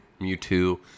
Mewtwo